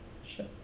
sure